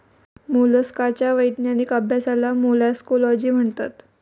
मोलस्काच्या वैज्ञानिक अभ्यासाला मोलॅस्कोलॉजी म्हणतात